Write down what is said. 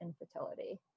infertility